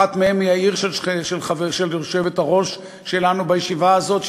אחת מהן היא העיר של היושבת-ראש שלנו בישיבה הזאת,